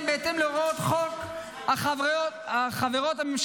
בהתאם להוראות חוק החברות הממשלתיות.